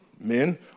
men